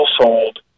sold